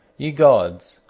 ye gods,